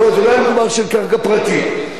לא היה מדובר על קרקע פרטית,